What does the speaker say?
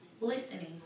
listening